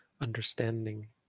understanding